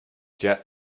jet